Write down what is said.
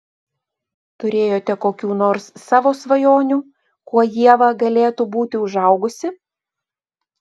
turėjote kokių nors savo svajonių kuo ieva galėtų būti užaugusi